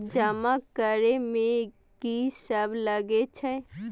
जमा करे में की सब लगे छै?